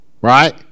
right